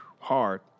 Hard